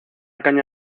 caña